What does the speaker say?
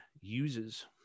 uses